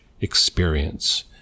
experience